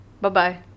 Bye-bye